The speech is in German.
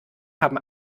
haben